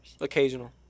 Occasional